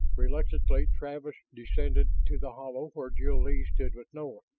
reluctantly travis descended to the hollow where jil-lee stood with nolan.